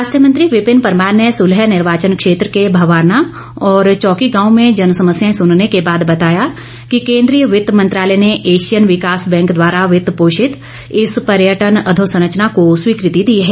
स्वास्थ्य मंत्री विपिन परमार ने सुल्ह निर्वाचन क्षेत्र के भवारना और चौकी गांव में जनसमस्याएं सुनने के बाद बताया कि केंद्रीय वित्त मंत्रालय ने एशियन विकास बैंक द्वारा वित्त पोषित इस पर्यटन अधोसंरचना को स्वीकृति दी है